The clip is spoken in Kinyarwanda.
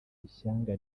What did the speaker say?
ishyanga